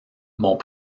m’ont